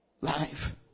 life